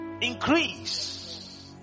Increase